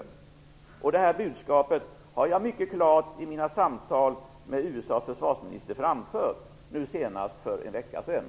Detta budskap har jag mycket klart framfört i mina samtal med USA:s försvarsminister, senast för en vecka sedan.